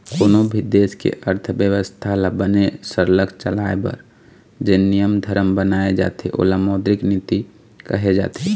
कोनों भी देश के अर्थबेवस्था ल बने सरलग चलाए बर जेन नियम धरम बनाए जाथे ओला मौद्रिक नीति कहे जाथे